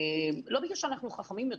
לא בגלל שאנחנו חכמים יותר.